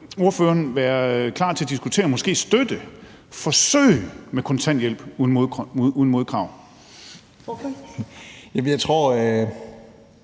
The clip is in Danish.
ordføreren være klar til at diskutere og måske støtte forsøget med kontanthjælp uden modkrav? Kl.